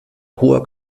hoher